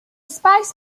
spice